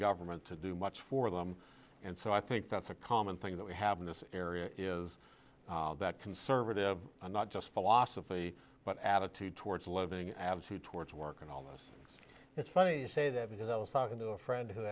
government to do much for them and so i think that's a common thing that we have in this area is that conservative and not just philosophy but attitude towards living absolute towards working on this it's funny you say that because i was talking to a friend who